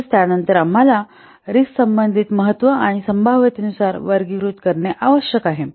तसेच त्यानंतर आम्हाला रिस्कचे संबंधित महत्त्व आणि संभाव्यतेनुसार वर्गीकृत करणे आवश्यक आहे